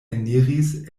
eniris